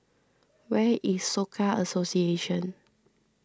where is Soka Association